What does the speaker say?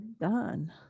done